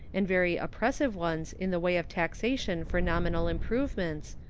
and very oppressive ones in the way of taxation for nominal improvements,